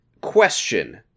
Question